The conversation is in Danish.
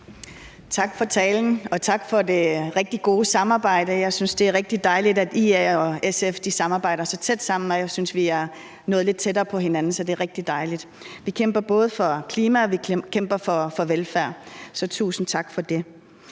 Tak for talen, og tak for det rigtig gode samarbejde. Jeg synes, det er rigtig dejligt, at IA og SF arbejder så tæt sammen, og jeg synes, vi er nået lidt tættere på hinanden. Så det er rigtig dejligt. Vi kæmper både for klimaet, og vi kæmper for velfærd, så tusind tak for det.